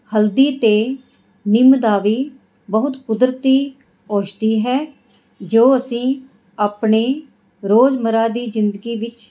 ਹਲਦੀ ਅਤੇ ਨਿੰਮ ਦਾ ਵੀ ਬਹੁਤ ਕੁਦਰਤੀ ਔਸ਼ਦੀ ਹੈ ਜੋ ਅਸੀਂ ਆਪਣੇ ਰੋਜ਼ਮਰਾ ਦੀ ਜ਼ਿੰਦਗੀ ਵਿੱਚ